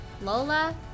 Lola